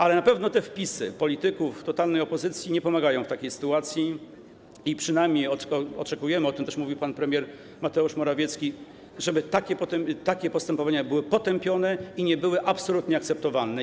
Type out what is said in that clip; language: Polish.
Na pewno jednak te wpisy polityków totalnej opozycji nie pomagają w takiej sytuacji i przynajmniej oczekujemy, o czym też mówił pan premier Mateusz Morawiecki, żeby takie postępowania były potępione i nie były absolutnie akceptowane.